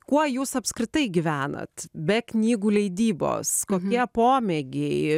kuo jūs apskritai gyvenat be knygų leidybos kokie pomėgiai